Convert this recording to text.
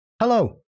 Hello